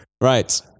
Right